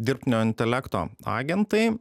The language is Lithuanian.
dirbtinio intelekto agentai